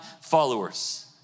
followers